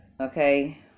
Okay